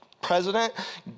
president